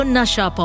Nasha